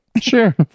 Sure